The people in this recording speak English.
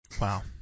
Wow